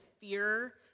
fear